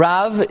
Rav